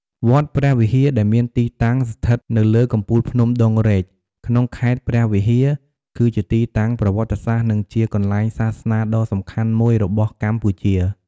វត្តព្រះវិហារ ដែលមានទីតាំងស្ថិតនៅលើកំពូលភ្នំដងរែក ក្នុងខេត្តព្រះវិហារ គឺជាទីតាំងប្រវត្តិសាស្ត្រ និងជាកន្លែងសាសនាដ៏សំខាន់មួយរបស់កម្ពុជា។